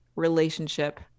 relationship